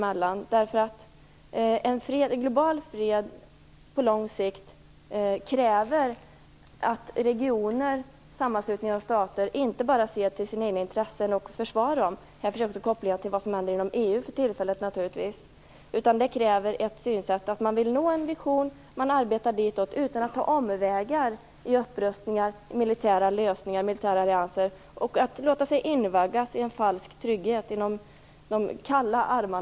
En global fred på lång sikt kräver att regioner och sammanslutningar av stater inte bara ser till och försvarar sina egna intressen - här finns naturligtvis också kopplingar till vad som händer inom EU för tillfället - utan också har en vision och arbetar för att uppnå den utan att ta omvägar via upprustningar, militära lösningar och militära allianser och utan att låta sig invaggas i en falsk trygghet inom en allians kalla armar.